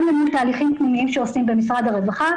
גם --- תהליכים פנימיים שעושים במשרד הרווחה,